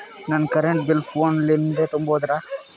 ನಮ್ current bill ಫೋನ ಲಿಂದೇ ತುಂಬೌದ್ರಾ?